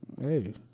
Hey